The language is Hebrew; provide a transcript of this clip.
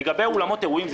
לגבי אולמות אירועים,